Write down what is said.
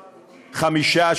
חמישה,